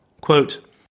Quote